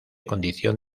condición